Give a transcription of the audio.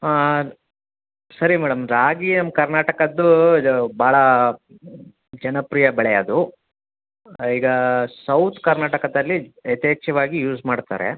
ಸರಿ ಮೇಡಮ್ ರಾಗಿ ನಮ್ಮ ಕರ್ನಾಟಕದ್ದು ಇದು ಭಾಳ ಜನಪ್ರಿಯ ಬೆಳೆ ಅದು ಈಗ ಸೌತ್ ಕರ್ನಾಟಕದಲ್ಲಿ ಯಥೇಚ್ಛವಾಗಿ ಯೂಸ್ ಮಾಡ್ತಾರೆ